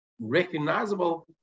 recognizable